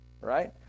right